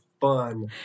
fun